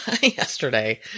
yesterday